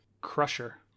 crusher